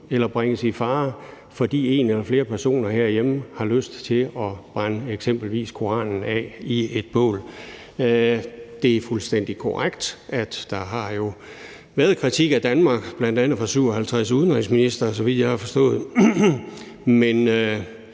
eller bringes i fare, fordi en eller flere personer herhjemme har lyst til at brænde eksempelvis Koranen af i et bål. Det er fuldstændig korrekt, at der jo har været kritik af Danmark fra bl.a. 57 udenrigsministre, så vidt jeg har forstået.